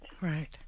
Right